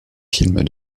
films